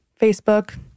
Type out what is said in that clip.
Facebook